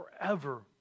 forever